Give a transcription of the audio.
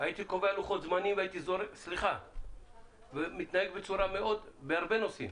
הייתי קובע לוחות זמנים ומתנהג בצורה אחרת בהרבה נושאים.